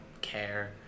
care